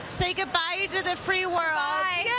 say goodbye to the free world.